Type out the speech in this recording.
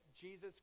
Jesus